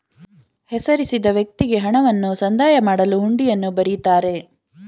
ಹೆಸರಿಸಿದ ವ್ಯಕ್ತಿಗೆ ಹಣವನ್ನು ಸಂದಾಯ ಮಾಡಲು ಹುಂಡಿಯನ್ನು ಬರಿತಾರೆ